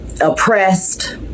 oppressed